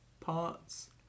parts